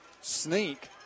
sneak